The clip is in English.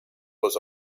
was